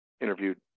interviewed